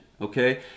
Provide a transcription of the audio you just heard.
Okay